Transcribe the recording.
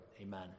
amen